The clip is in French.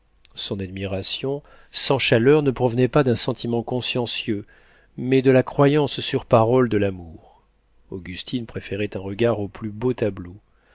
son admiration sans chaleur ne provenait pas d'un sentiment consciencieux mais de la croyance sur parole de l'amour augustine préférait un regard au plus beau tableau